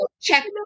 check